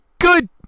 good